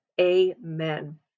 Amen